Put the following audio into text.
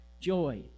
joy